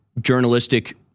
journalistic